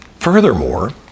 Furthermore